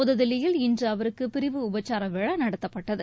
புதுதில்லியில் இன்று அவருக்கு பிரிவு உபச்சார விழா நடத்தப்பட்டது